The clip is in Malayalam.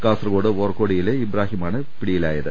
കാസർകോട് വോർക്കോടിയിലെ ഇബ്രാഹിമാണ് പിടിയിലായത്